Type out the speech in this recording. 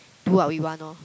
do what we want orh